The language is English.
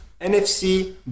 NFC